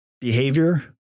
behavior